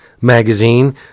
magazine